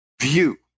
view